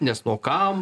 nes nu o kam